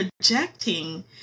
projecting